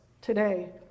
today